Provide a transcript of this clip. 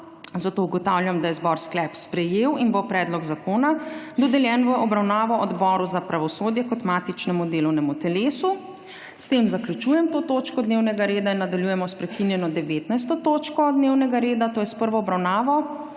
Ugotavljam, da je zbor sklep sprejel, zato bo predlog tega zakona dodeljen v obravnavo Odboru za pravosodje kot matičnemu delovnemu telesu. S tem zaključujem to točko dnevnega reda. Nadaljujemo s prekinjeno 11. točko dnevnega reda, to je s prvo obravnavo